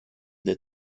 des